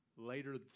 Later